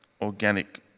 organic